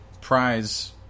prize